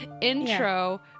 intro